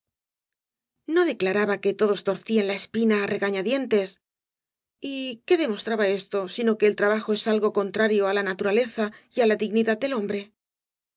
no declaraba que todos torcían la espina á regañadientes y qué demostraba esto sino que el trabajo es algo contrario á la naturaleza y á la dignidad del hombre